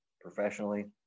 professionally